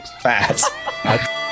fast